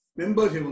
members